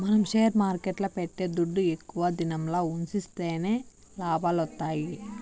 మనం షేర్ మార్కెట్ల పెట్టే దుడ్డు ఎక్కువ దినంల ఉన్సిస్తేనే లాభాలొత్తాయి